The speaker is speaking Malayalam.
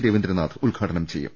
രവീന്ദ്രനാഥ് ഉദ്ഘാടനം ചെയ്യും